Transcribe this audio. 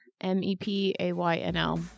M-E-P-A-Y-N-L